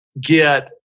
get